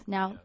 Now